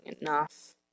enough